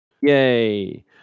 Yay